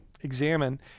examine